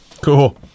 Cool